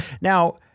now